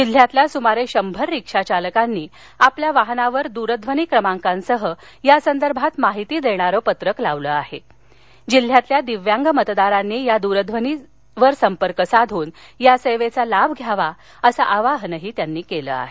जिल्ह्यातल्या सुमारे शंभर रिक्षा चालकांनी आपल्या वाहनावर दुरध्वनी क्रमांकासह या संदर्भात माहिती देणारं पत्रक लावलं आहे जिल्ह्यातल्या दिव्यांग मतदारांनी या दूरध्वनीवर संपर्क साधून या सेवेचा लाभ घ्यावा अस आवाहन त्यांनी केलं आहे